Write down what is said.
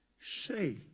say